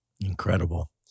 Incredible